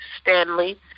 Stanley